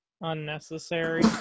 unnecessary